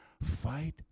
fight